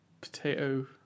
potato